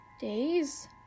Days